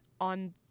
on